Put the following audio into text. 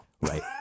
right